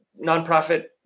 nonprofit